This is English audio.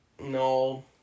No